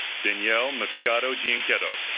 danielle moscato jean keto